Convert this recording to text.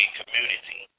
community